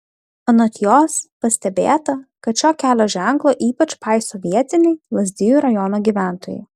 anot jos pastebėta kad šio kelio ženklo ypač paiso vietiniai lazdijų rajono gyventojai